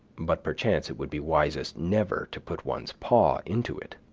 but perchance it would be wisest never to put one's paw into it.